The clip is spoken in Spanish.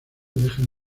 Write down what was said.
dejan